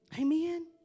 Amen